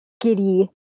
giddy